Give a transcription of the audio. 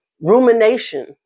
Rumination